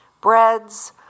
breads